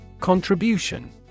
Contribution